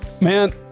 Man